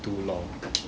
读 law